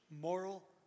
moral